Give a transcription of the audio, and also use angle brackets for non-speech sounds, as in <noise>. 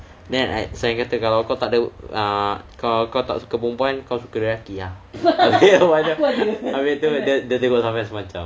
then I so I kata kalau kau tak ada uh kalau kau tak suka perempuan kau suka lelaki <laughs> habis tu dia tengok safian semacam